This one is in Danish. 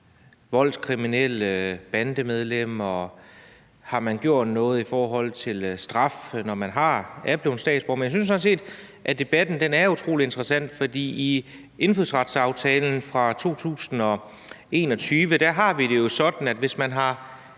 voldskriminelle, bandemedlemmer, og om man har gjort noget i forhold til straf, når man er blevet statsborger. Men jeg synes sådan set, at debatten er utrolig interessant, for i indfødsretsaftalen fra 2021 har vi jo aftalt det sådan, at hvis man